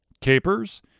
Capers